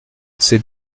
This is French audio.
c’est